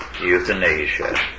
euthanasia